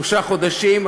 שלושה חודשים,